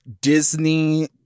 Disney